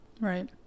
Right